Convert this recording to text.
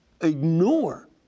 ignore